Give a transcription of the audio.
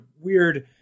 weird –